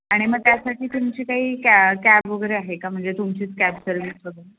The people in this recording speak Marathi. आणि मग त्यासाठी तुमची काही कॅ कॅब वगैरे आहे का म्हणजे तुमचीच कॅब सर्विस वगैरे